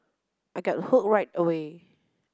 I got hooked right away